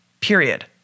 period